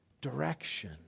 direction